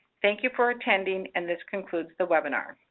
thank you for attending and this concludes the webinar.